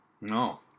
No